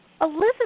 Elizabeth